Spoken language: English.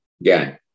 Again